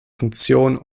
funktion